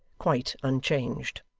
quite unchanged.